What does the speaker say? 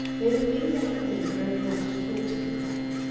they were things i had meant very much to talk to you about,